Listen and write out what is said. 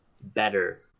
better